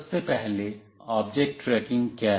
सबसे पहले object tracking क्या है